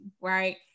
right